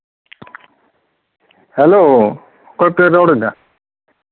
hello ᱚᱠᱚᱭᱯᱮ ᱨᱚᱲᱮᱫᱟ